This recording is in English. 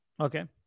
Okay